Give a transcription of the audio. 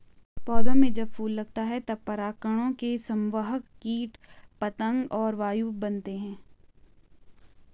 पौधों में जब फूल लगता है तब परागकणों के संवाहक कीट पतंग और वायु बनते हैं